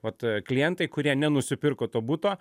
vat klientai kurie nenusipirko to buto